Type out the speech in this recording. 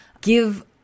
give